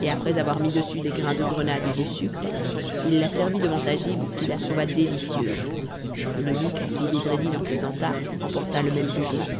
et après avoir mis dessus des grains de grenade et du sucre il la servit devant agib qui la trouva délicieuse l'eunuque à qui bedreddin en présenta en porta le même jugement